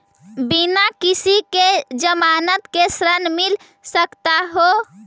बिना किसी के ज़मानत के ऋण मिल सकता है?